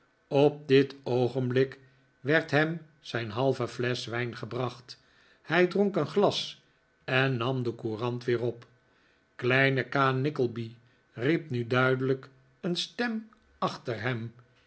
op dit oogenblik werd hem zijn halve flesch wijn gebracht hij dronk een glas en nam de courant weer op kleine ka nickleby riep nu duidelijk een stem achter hem